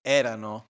erano